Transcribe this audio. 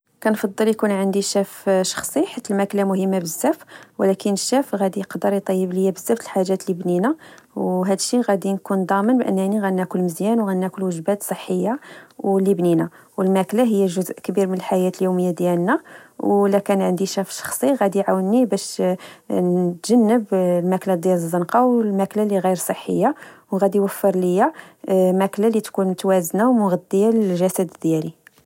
كنفضل يكون عندي شاف شخصي حيت الماكلة مهمة بزاف ولكان شاف غدي يقدر يطيب ليا بزاف الحجات لبنينة، وبهاد الشي غدي نكون ضامن بأنني غادي ناكل مزيان وغادي ناكل وجبات صحية ولي بنينة. والماكلة هي جزء كبير من الحياة اليومية، ولكان عندي شاف شخصي غدي يعاونني باش نتجنب الماكلة ديال الزنقة و الماكلة لغير صحية، وغدي يوفر ليا ماكلة لتكون متوازنة ومغذية لجسد ديالي